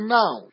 now